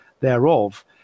thereof